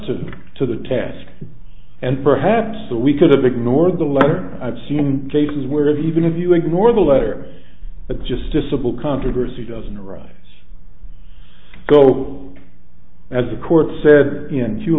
the to the task and perhaps we could have ignored the letter i've seen cases where even if you ignore the letter it's just a simple controversy doesn't arise go as the court said into